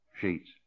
sheets